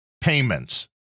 payments